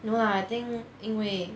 no lah I think 因为